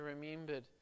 remembered